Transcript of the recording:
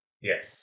Yes